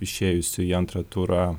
išėjusių į antrą turą